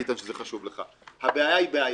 ביטן, שזה חשוב לך, הבעיה היא בעיה,